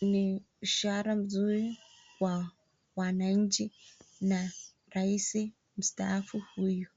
ni ishara mzuri wa wananchi na rais mstaafu huyu.